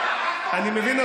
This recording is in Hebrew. אני מבין,